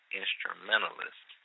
instrumentalist